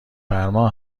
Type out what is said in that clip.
فرما